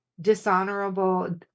dishonorable